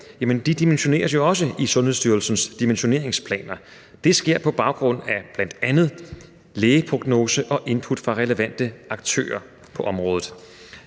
dimensioneres i Sundhedsstyrelsens dimensioneringsplaner, og det sker på baggrund af bl.a. lægeprognoser og input fra relevante aktører på området.